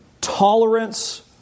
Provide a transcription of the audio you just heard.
Tolerance